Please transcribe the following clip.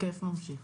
הכיף ממשיך.